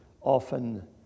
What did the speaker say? often